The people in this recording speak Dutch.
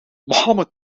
mohammed